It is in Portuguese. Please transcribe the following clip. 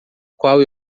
qual